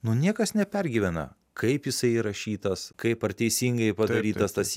nu niekas nepergyvena kaip jisai įrašytas kaip ar teisingai padarytas tas